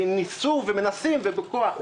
ניסו ומנסים בכוח,